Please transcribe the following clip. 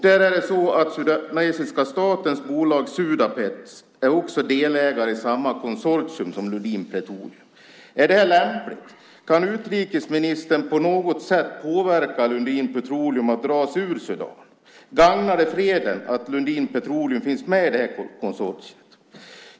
Den sudanesiska statens bolag Sudapet är delägare i samma konsortium som Lundin Petroleum. Är det här lämpligt? Kan utrikesministern på något sätt påverka Lundin Petroleum att dra sig ur Sudan? Gagnar det freden att Lundin Petroleum finns med i det här konsortiet?